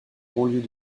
banlieue